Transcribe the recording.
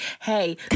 hey